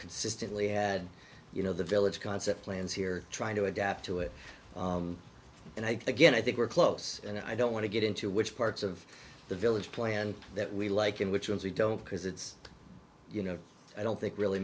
consistently had you know the village concept plans here trying to adapt to it and i again i think we're close and i don't want to get into which parts of the village plan that we like and which ones we don't because it's you know i don't think really